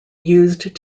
used